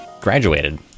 graduated